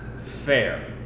Fair